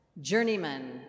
journeyman